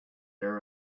their